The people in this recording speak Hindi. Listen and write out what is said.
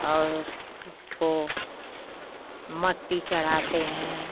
और उस को मट्टी चढ़ाते हैं